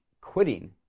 quitting